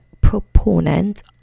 proponent